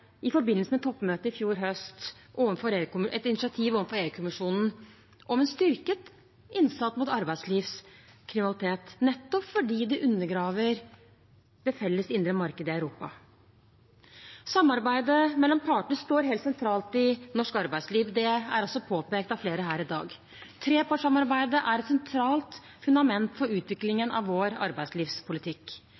i forbindelse med toppmøtet i fjor høst, et initiativ overfor EU-kommisjonen om en styrket innsats mot arbeidslivskriminalitet, nettopp fordi det undergraver det felles indre markedet i Europa. Samarbeidet mellom partene står helt sentralt i norsk arbeidsliv. Det er også påpekt av flere her i dag. Trepartssamarbeidet er et sentralt fundament for utviklingen